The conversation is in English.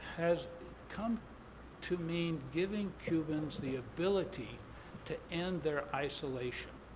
has come to mean giving cubans the ability to end their isolation.